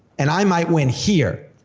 and i might win here.